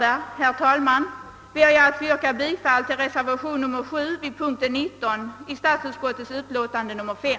Med vad jag sagt ber jag att få yrka bifall till reservation nr 7 vid punkten 19 i statsutskottets utlåtande nr 5.